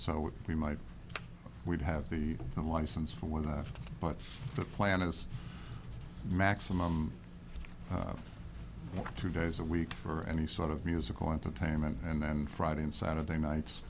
so we might we'd have the license for that but the plan is maximum two days a week for any sort of musical entertainment and then friday and saturday nights